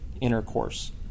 intercourse